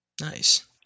Nice